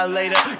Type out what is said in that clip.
later